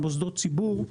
על מוסדות ציבור,